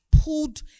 pulled